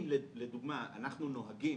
אם לדוגמה אנחנו נוהגים